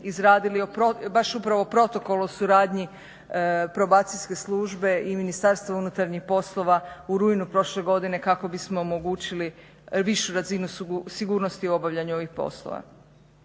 izradili baš upravo Protokol o suradnji Probacijske službe i MUP-a u rujnu prošle godine kako bismo omogućili višu razinu sigurnosti u obavljanju ovih poslova.